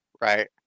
right